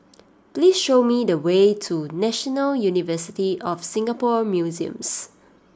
please show me the way to National University of Singapore Museums